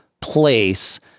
place